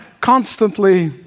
constantly